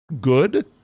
good